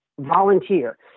volunteer